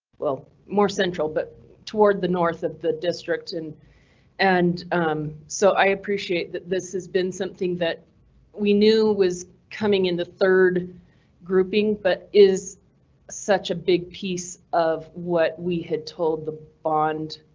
well, more central, but toward the north of the district and and so i appreciate that this has been something that we knew was coming in the third grouping. but is such a big piece of what we had told the bond.